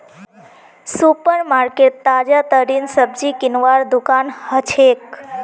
super market ताजातरीन सब्जी किनवार दुकान हछेक